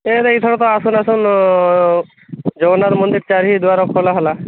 ଏଇନେ ଏ ଥରକ ଆସୁ ଆସୁ ଜଗନ୍ନାଥ ମନ୍ଦିର ଚାରି ଦ୍ୱାର ଖୋଲା ହେଲା